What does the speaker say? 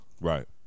Right